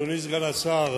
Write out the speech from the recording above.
אדוני סגן השר,